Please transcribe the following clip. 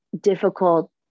difficult